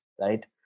right